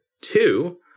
two